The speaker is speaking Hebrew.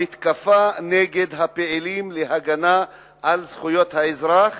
המתקפה נגד הפעילים להגנה על זכויות האזרח